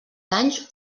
danys